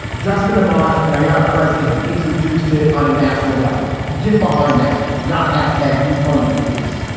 justin amash and ayana presley have introduced it on a national level. get behind that. not hashtag defund the police.